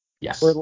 Yes